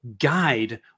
guide